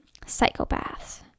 psychopaths